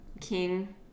king